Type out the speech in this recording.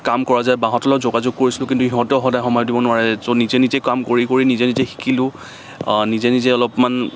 কাম কৰা যায় বাহঁতৰ লগত যোগাযোগ কৰিছিলোঁ কিন্তু ইহঁতেও সদায় সময় দিব নোৱাৰে ত' নিজে নিজে কাম কৰি কৰি নিজে নিজে শিকিলোঁ অঁ নিজে নিজে অলপমান